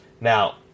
Now